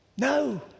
No